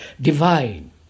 divine